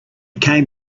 came